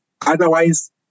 otherwise